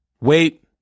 Wait